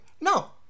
No